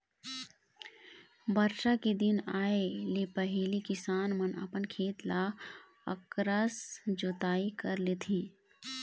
बरसा के दिन आए ले पहिली किसान मन अपन खेत ल अकरस जोतई कर लेथे